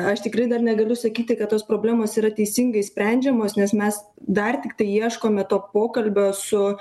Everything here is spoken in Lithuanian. aš tikrai dar negaliu sakyti kad tos problemos yra teisingai sprendžiamos nes mes dar tiktai ieškome to pokalbio su